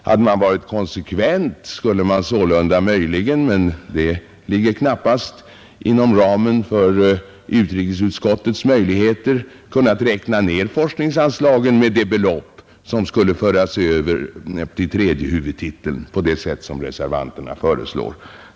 Hade man varit konsekvent skulle man sålunda möjligen — men det ligger knappast inom ramen för utrikesutskottets möjligheter — ha kunnat räkna ned forskningsanslagen med det belopp som skulle föras över till tredje huvudtiteln på det sätt som reservanterna föreslår.